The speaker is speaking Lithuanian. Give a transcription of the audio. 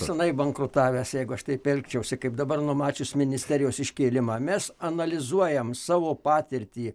senai bankrutavęs jeigu aš taip elgčiausi kaip dabar numačius ministerijos iškėlimą mes analizuojam savo patirtį